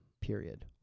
Period